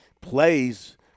plays